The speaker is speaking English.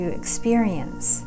experience